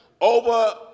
over